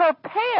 prepare